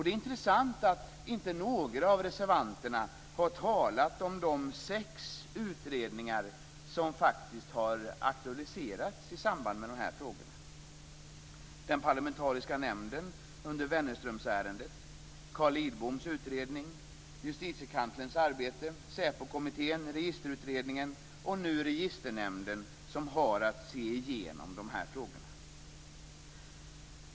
Det är intressant att inte några av reservanterna har talat om de sex utredningar som faktiskt har auktoriserats i samband med de här frågorna: Den parlamentariska nämnden under Wennerströmsärendet, Säpokommittén, Registerutredningen och nu Registernämnden som har att gå igenom de här frågorna.